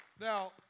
Now